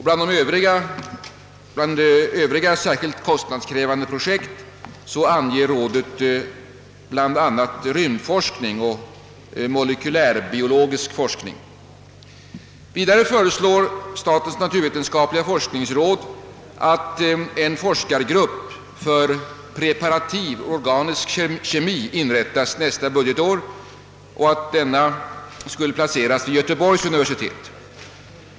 Bland övriga särskilt kostnadskrävande projekt anger rådet bl.a. rymdforskning och molekylärbiologisk forskning. Vidare föreslår — statens naturvetenskapliga forskningsråd att en forskargrupp för preparativ organisk kemi inrättas nästa budgetår och att denna placeras vid Göteborgs universitet.